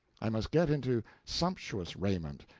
i must get into sumptuous raiment,